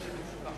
זה לא,